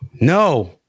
No